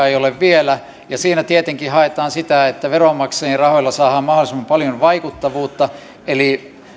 ei ole vielä ja siinä tietenkin haetaan sitä että veronmaksajien rahoilla saadaan mahdollisimman paljon vaikuttavuutta eli